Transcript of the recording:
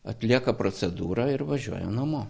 atlieka procedūrą ir važiuoja namo